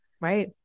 right